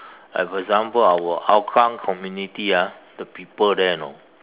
like for example our Hougang community ah the people there you know